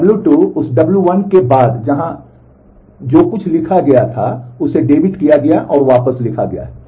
w2 उस w1 के बाद यहाँ जो कुछ भी लिखा गया था उसे डेबिट किया गया और वापस लिखा गया है